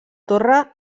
torre